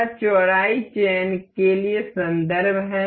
यह चौड़ाई चयन के लिए संदर्भ है